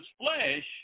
flesh